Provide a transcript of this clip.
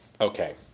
Okay